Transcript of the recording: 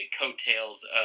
coattails